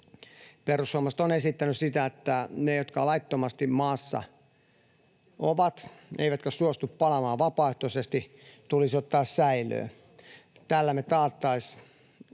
Perussuomalaiset ovat esittäneet sitä, että ne, jotka laittomasti maassa ovat eivätkä suostu palaamaan vapaaehtoisesti, tulisi ottaa säilöön. Tällä me taattaisiin